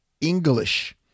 English